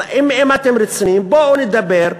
אם אתם רציניים, בואו לדבר.